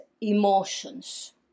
emotions